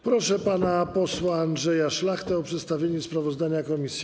Proszę pana posła Andrzeja Szlachtę o przedstawienie sprawozdania komisji.